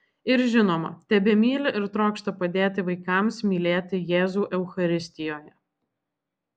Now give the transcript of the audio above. ir žinoma tebemyli ir trokšta padėti vaikams mylėti jėzų eucharistijoje